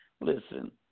listen